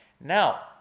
Now